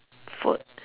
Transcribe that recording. fort~